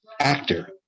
actor